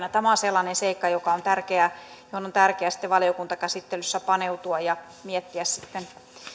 ja tämä on sellainen seikka johon on tärkeää sitten valiokuntakäsittelyssä paneutua ja miettiä